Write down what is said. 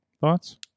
thoughts